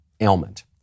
ailment